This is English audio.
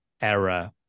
error